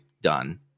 done